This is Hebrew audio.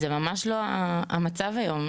זה ממש לא המצב היום.